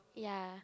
ya